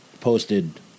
posted